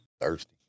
Thirsty